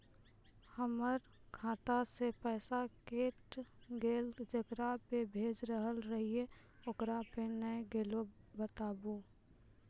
हमर खाता से पैसा कैट गेल जेकरा पे भेज रहल रहियै ओकरा पे नैय गेलै बताबू?